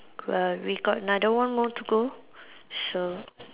well we got another one more to go so